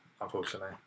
unfortunately